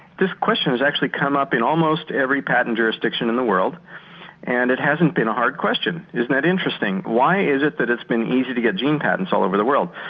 this question has actually come up in almost every patent jurisdiction in the world and it hasn't been a hard question. isn't that interesting? why is it that it's been easy to get gene patents all over the world?